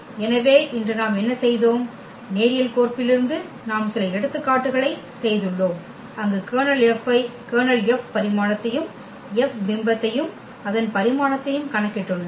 எனவே இன்று நாம் என்ன செய்தோம் நேரியல் கோர்ப்பிலிருந்து நாம் சில எடுத்துக்காட்டுகளைச் செய்துள்ளோம் அங்கு கர்னல் F ஐ கர்னல் F பரிமாணத்தையும் F பிம்பத்தையும் அதன் பரிமாணத்தையும் கணக்கிட்டுள்ளோம்